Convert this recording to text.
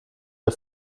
der